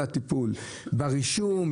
לא עולה הטיפול ברישום,